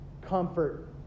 comfort